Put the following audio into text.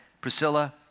Priscilla